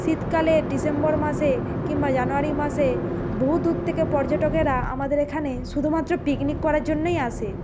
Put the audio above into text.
শীতকালে ডিসেম্বর মাসে কিংবা জানুয়ারি মাসে বহু দূর থেকে পর্যটকেরা আমাদের এখানে শুধুমাত্র পিকনিক করার জন্যই আসে